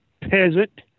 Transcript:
peasant